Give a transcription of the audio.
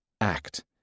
Act